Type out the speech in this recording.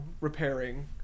repairing